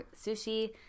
sushi